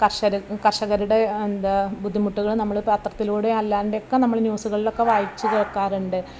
കർഷകർ കർഷകരുടെ എന്താ ബുദ്ധിമുട്ടുകൾ നമ്മൾ പത്രത്തിലൂടെ അല്ലാണ്ട് ഒക്കെ നമ്മൾ ന്യൂസുകളിലൊക്കെ വായിച്ചു കേൾക്കാറുണ്ട്